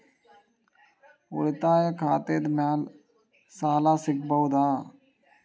ಉಳಿತಾಯ ಖಾತೆದ ಮ್ಯಾಲೆ ಸಾಲ ಸಿಗಬಹುದಾ?